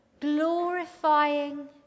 glorifying